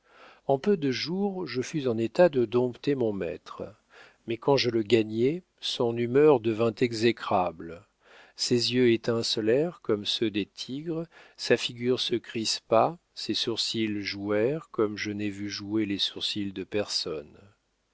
en peu de jours je fus en état de dompter mon maître mais quand je le gagnai son humeur devint exécrable ses yeux étincelèrent comme ceux des tigres sa figure se crispa ses sourcils jouèrent comme je n'ai vu jouer les sourcils de personne